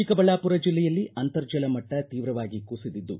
ಚಿಕ್ಕಬಳ್ಳಾಪುರ ಜಿಲ್ಲೆಯಲ್ಲಿ ಅಂತರ್ಜಲ ಮಟ್ಟ ತೀವ್ರವಾಗಿ ಕುಸಿದಿದ್ದು